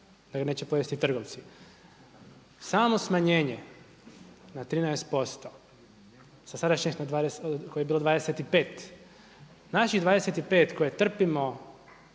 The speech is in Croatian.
da ga neće pojesti trgovci. Samo smanjenje na 13% sa sadašnjih koje je bilo 25, naših 25 koje trpimo